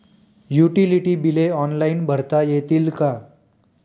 Utility बिले online भरता येतील का?